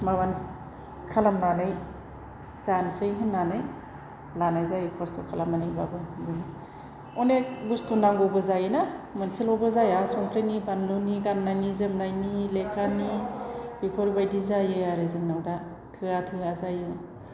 माबा खालामनानै जानोसै होननानै लानाय जायो खस्थ' खालामनानैब्लाबो अनेख बुस्थुबो नांगौ जायो मोनसेल'बो जाया संख्रिनि बानलुनि गाननायनि जोमनायनि लेखानि बेफोरबादि जायो आरो जोंनाव दा थोआ थोआ जायो